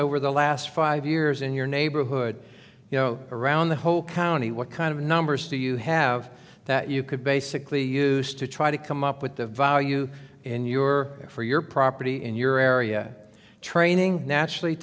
over the last five years in your neighborhood you know around the whole county what kind of numbers to you have that you could basically used to try to come up with the value in your for your property in your area training nationally